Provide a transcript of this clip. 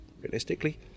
realistically